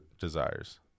desires